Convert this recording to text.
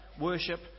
worship